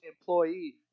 employee